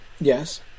Yes